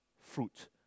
fruit